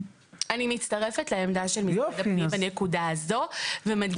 אני מצטרפת לעמדה של משרד הפנים בנקודה הזאת ומדגישה